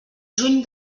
juny